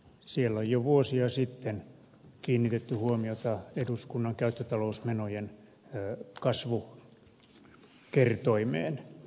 siellä on jo vuosia sitten kiinnitetty huomiota eduskunnan käyttötalousmenojen kasvukertoimeen